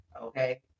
Okay